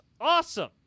awesome